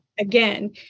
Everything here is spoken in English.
Again